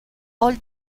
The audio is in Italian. all